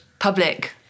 public